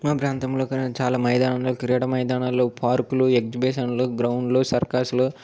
మా ప్రాంతంలో చాలా మైదానంలో క్రీడ మైదానాలు పార్కులు ఎగ్జిబిషన్లు గ్రౌండ్లు సర్కస్లు